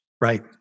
Right